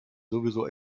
sowieso